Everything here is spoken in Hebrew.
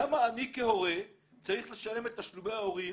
למה אני כהורה צריך לשלם את תשלומי ההורים,